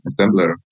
assembler